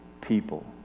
people